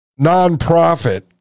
nonprofit